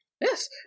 Yes